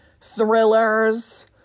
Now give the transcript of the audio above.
thrillers